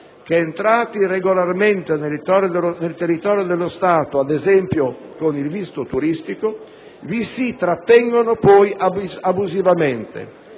che, entrati regolarmente nel territorio dello Stato ad esempio con il visto turistico, vi si trattengono poi abusivamente,